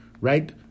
right